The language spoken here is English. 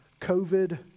COVID